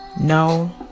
no